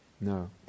No